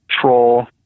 troll